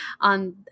on